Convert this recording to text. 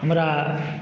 हमरा